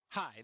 Hi